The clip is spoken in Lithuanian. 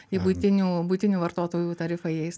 į buitinių buitinių vartotojų tarifą įeis